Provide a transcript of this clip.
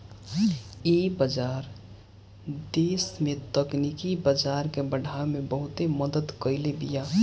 इ बाजार देस में तकनीकी बाजार के बढ़ावे में बहुते मदद कईले बिया